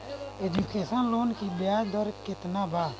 Education loan की ब्याज दर केतना बा?